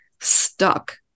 stuck